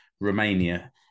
Romania